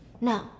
No